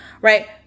right